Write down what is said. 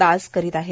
दास करीत आहेत